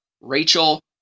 Rachel